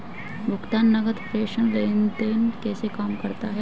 भुगतान नकद प्रेषण लेनदेन कैसे काम करता है?